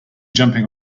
jumping